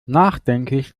nachdenklich